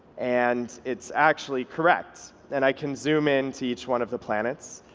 and it's actually correct, and i can zoom in to each one of the planets,